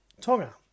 Tonga